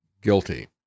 guilty